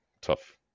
tough